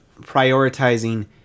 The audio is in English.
prioritizing